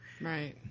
Right